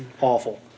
awful